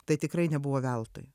tai tikrai nebuvo veltui